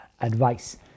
advice